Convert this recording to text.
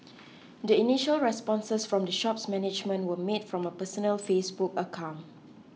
the initial responses from the shop's management were made from a personal Facebook account